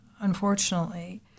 unfortunately